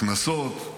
הקנסות,